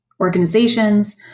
organizations